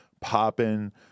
popping